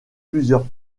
plusieurs